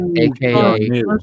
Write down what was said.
AKA